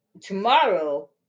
tomorrow